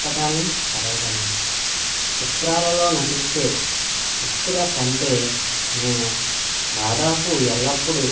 పుస్తకాన్ని చదవగలను చిత్రాలలో నటించే వ్యక్తుల కంటే నేను దాదాపు ఎల్లప్పుడూ